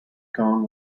cone